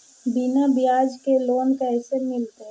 बिना ब्याज के लोन कैसे मिलतै?